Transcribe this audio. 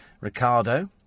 Ricardo